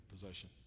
possession